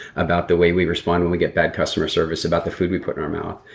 about the way we respond when we get bad customer service about the food we put in our mouth,